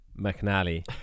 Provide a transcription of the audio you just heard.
Mcnally